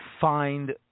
find